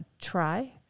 try